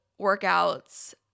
workouts